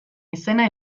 izena